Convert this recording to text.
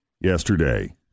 yesterday